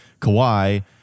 Kawhi